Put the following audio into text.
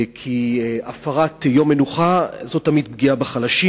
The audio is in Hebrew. כי הפרת יום מנוחה היא תמיד פגיעה בחלשים,